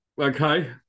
Okay